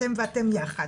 אתם ואתם יחד.